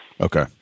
Okay